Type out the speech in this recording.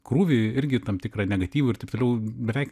krūvį irgi tam tikrą negatyvų ir taip toliau beveik